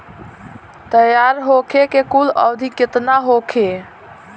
तैयार होखे के कुल अवधि केतना होखे?